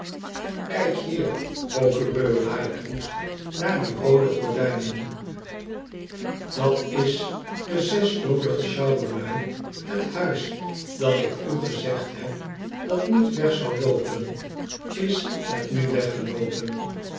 kik hier procureur lightwood naar die roode gordijnen dat is de zes jolige sjouwerlui het huis dat iku gezegd heb dat niet weg zou ioopen is het nu weggeloopen